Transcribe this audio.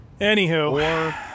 Anywho